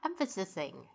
Emphasizing